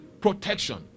Protection